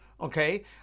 Okay